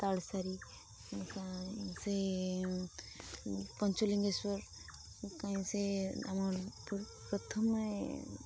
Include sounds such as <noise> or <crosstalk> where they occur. ତାଳସାରି <unintelligible> ସେ ପଞ୍ଚଲିଙ୍ଗେଶ୍ୱର କାହିଁ ସେ ଆମ ପ୍ରଥମେ